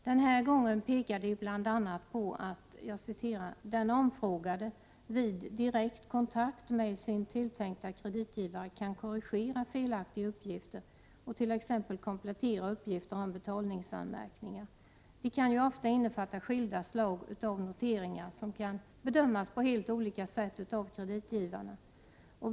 Denna gång pekar datainspektionen bl.a. på att ”den omfrågade vid direkt kontakt med sin tilltänkta kreditgivare kan korrigera felaktiga uppgifter och t.ex. komplettera uppgifter om betalningsanmärkningar. De kan ju ofta innefatta skilda slag av noteringar som kan bedömas på helt olika sätt av kreditgivarna.